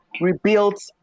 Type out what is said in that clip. rebuilt